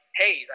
hey